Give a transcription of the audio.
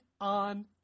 on